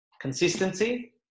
consistency